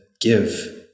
give